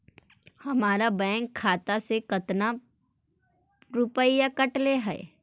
हमरा बैंक खाता से कतना रूपैया कटले है?